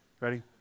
Ready